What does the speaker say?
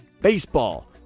Baseball